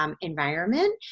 environment